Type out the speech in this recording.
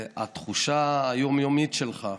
התחושה היום-יומית שלך,